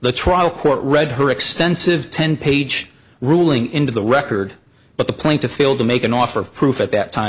the trial court read her extensive ten page ruling into the record but the plaintiff failed to make an offer of proof at that time